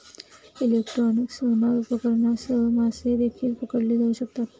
electronic sonar उपकरणांसह मासे देखील पकडले जाऊ शकतात